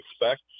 expect